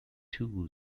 too